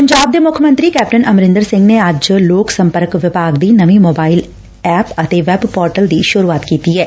ਪੰਜਾਬ ਦੇ ਮੁੱਖ ਮੰਤਰੀ ਕੈਪਟਨ ਅਮਰੰਦਰ ਸਿੰਘ ਨੇ ਅੱਜ ਲੋਕ ਸੰਪਰਕ ਵਿਭਾਗ ਦੀ ਨਵੀਂ ਮੋਬਾਇਲ ਐਪ ਅਤੇ ਵੈਬ ਪੋਰਟਲ ਦੀ ਸ਼ੁਰੁਆਤ ਕੀਤੀ ਐ